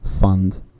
Fund